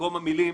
במקום המילים